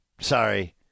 Sorry